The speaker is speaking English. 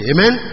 Amen